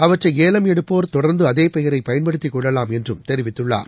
அவற்றைஏவம் எடுப்போர் தொடர்ந்துஅதேபெயரைபயன்படுத்திக் கொள்ளலாம் என்றும் தெரிவித்துள்ளார்